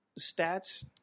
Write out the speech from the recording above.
stats